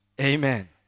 Amen